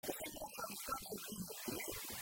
תשימו לב שהמפקד של בני לוי